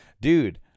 Dude